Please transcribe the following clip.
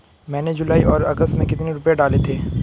मैंने जुलाई और अगस्त में कितने रुपये डाले थे?